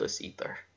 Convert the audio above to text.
eater